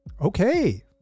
Okay